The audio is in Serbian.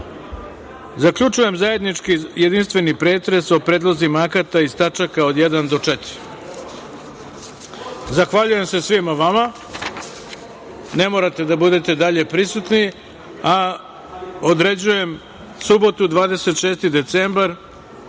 razgovaramo. Zaključujem zajednički jedinstveni pretres o predlozima akata iz tačaka od 1. do 4.Zahvaljujem se svima vama. Ne morate da budete dalji prisutni. Određujem subotu 26. decembar